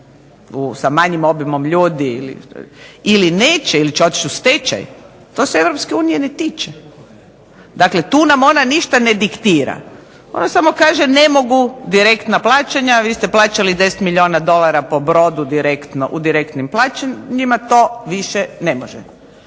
sa manjim obimom ljudi, ili neće ili će otići u stečaj, to se Europske unije ne tiče. Dakle, tu nam ona ništa ne diktira, ona samo kaže ne mogu direktna plaćanja, vi ste plaćali 10 milijuna dolara po brodu to više ne može